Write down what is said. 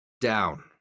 Down